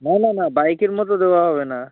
না না না বাইকের মোটর দেওয়া হবে না